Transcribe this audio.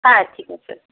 হ্যাঁ ঠিক আছে